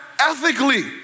ethically